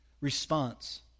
response